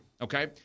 Okay